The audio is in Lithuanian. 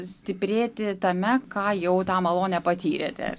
stiprėti tame ką jau tą malonę patyrėte